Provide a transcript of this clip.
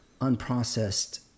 unprocessed